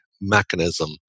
mechanism